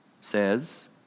says